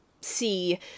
see